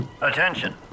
Attention